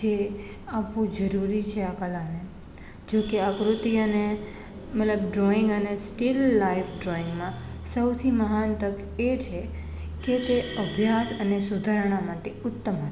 જે આપવો જરૂરી છે આ કલાને જોકે આકૃતિ અને મતલબ ડ્રોઈંગ અને સ્ટીલ લાઈવ ડ્રોઈંગમાં સૌથી મહાન તક એ છે કે તે અભ્યાસ અને સુધારણા માટે ઉત્તમ